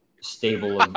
stable